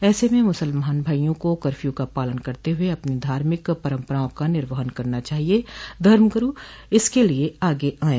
ऐसे में मुसलमान भाइयों को कर्फ्यू का पालन करते हुए अपनी धार्मिक परम्पराओं का निर्वहन करना चाहिये धर्म गुरू इसके लिये आगे आये